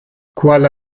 kuala